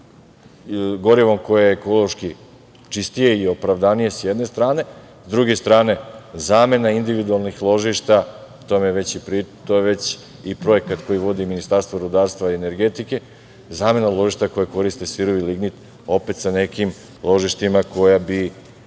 gorivom koje je ekološki čistije i opravdanije sa jedne strane, sa druge strane zamena individualnih ložišta, to je već i projekat koji vodi Ministarstvo rudarstva i energetike, zamena ložišta koja koriste sirovi lignit, opet sa nekim ložištima koja bi